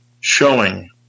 showing